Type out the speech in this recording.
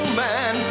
man